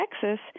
Texas